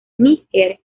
níger